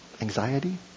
Anxiety